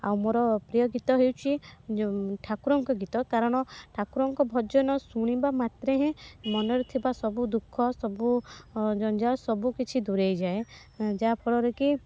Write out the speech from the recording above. ଆଉ ମୋର ପ୍ରିୟ ଗୀତ ହେଉଛି ଠାକୁରଙ୍କ ଗୀତ କାରଣ ଠାକୁରଙ୍କ ଭଜନ ଶୁଣିବା ମାତ୍ରେ ହିଁ ମନରେ ଥିବା ସବୁ ଦୁଃଖ ସବୁ ଜଞ୍ଜାଳ ସବୁକିଛି ଦୂରେଇ ଯାଏ ଯାହାଫଳରେ କି